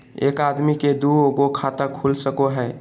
एक आदमी के दू गो खाता खुल सको है?